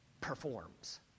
performs